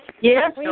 Yes